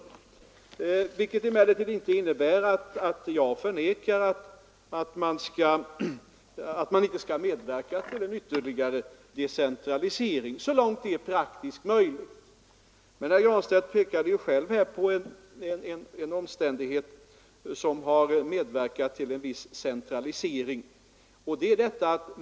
Det innebär emellertid inte att jag förnekar att vi skall medverka till ytterligare decentralisering så långt det är praktiskt möjligt. Herr Granstedt pekade själv på en omständighet som har medverkat till en viss centralisering.